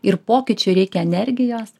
ir pokyčiui reikia energijos